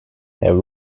have